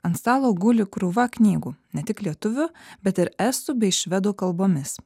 ant stalo guli krūva knygų ne tik lietuvių bet ir estų bei švedų kalbomis